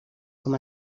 com